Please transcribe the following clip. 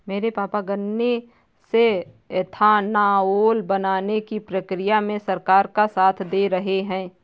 मेरे पापा गन्नों से एथानाओल बनाने की प्रक्रिया में सरकार का साथ दे रहे हैं